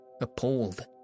appalled